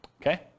Okay